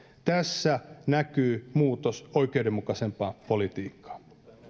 tässä näkyy muutos oikeudenmukaisempaan politiikkaan